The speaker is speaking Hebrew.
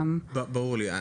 ברור לי,